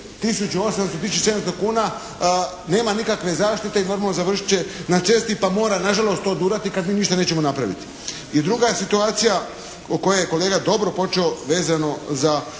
i 700 kuna, nema nikakve zaštite i normalno završit će na cesti pa mora na žalost to odurati kada mi ništa nećemo napraviti. I druga je situacija o koju je kolega dobro počeo vezano za